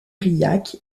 briac